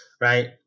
right